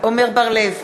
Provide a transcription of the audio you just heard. עמר בר-לב,